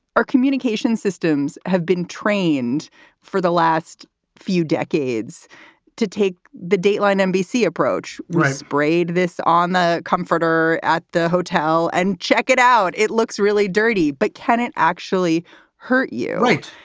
our communication systems have been trained for the last few decades to take the dateline nbc approach sprayed this on the comforter at the hotel and check it out. it looks really dirty, but can it actually hurt you? right.